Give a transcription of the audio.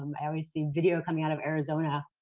um i always see video coming out of arizona.